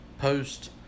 post